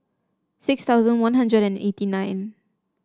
six thousand One Hundred and eighty nine